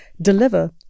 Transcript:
deliver